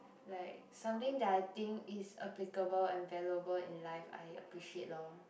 like something that I think is applicable and valuable in life I appreciate lor